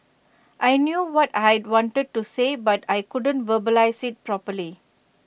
I knew what I wanted to say but I couldn't verbalise IT properly